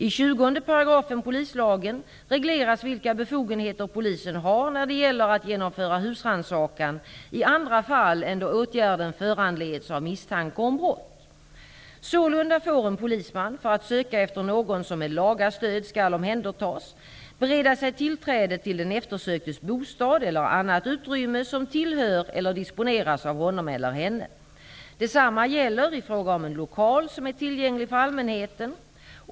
I 20 § polislagen Sålunda får en polisman -- för att söka efter någon som med laga stöd skall omhändertas -- bereda sig tillträde till den eftersöktes bostad eller annat utrymme som tillhör eller disponeras av honom eller henne. Detsamma gäller i fråga om en lokal som är tillgänglig för allmänheten.